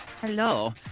Hello